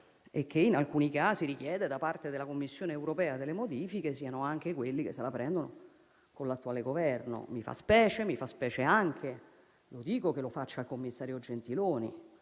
e che, in alcuni casi, richiede da parte della Commissione europea delle modifiche, siano anche quelli che se la prendono con l'attuale Governo. Mi fa specie, come pure - e lo dico - mi fa specie che lo faccia il commissario Gentiloni,